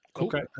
okay